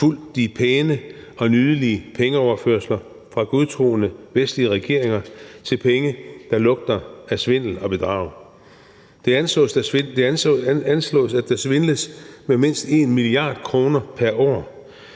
fulgt de pæne og nydelige pengeoverførsler fra godtroende vestlige regeringer til formål, der lugter af svindel og bedrag. Det anslås, at der svindles for mindst 1 mia. kr. pr. år.